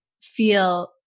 feel